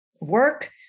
work